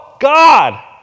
God